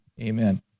amen